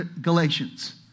Galatians